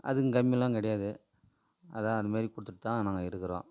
அதுக்கும் கம்மியெலாம் கிடையாது அதுதான் அதுமாதிரி கொடுத்துட்டு தான் நாங்கள் இருக்கிறோம்